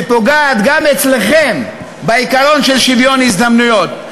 שפוגעת גם אצלכם בעיקרון של שוויון הזדמנויות.